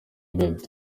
gato